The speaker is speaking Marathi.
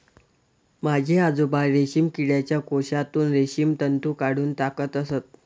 माझे आजोबा रेशीम किडीच्या कोशातून रेशीम तंतू काढून टाकत असत